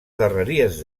darreries